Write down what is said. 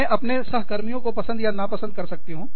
मैं अपने सह कर्मियों को पसंद या नापसंद कर सकती हूँ